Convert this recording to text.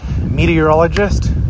meteorologist